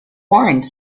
warned